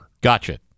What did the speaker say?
Gotcha